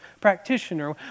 practitioner